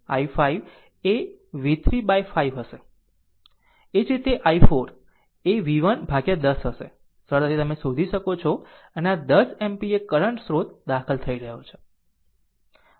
એ જ રીતે i4 એ v1 upon 10 હશે સરળતાથી તમે શોધી શકો છો અને આ 10 એમ્પીયર કરંટ સ્રોત દાખલ થઈ રહ્યો છે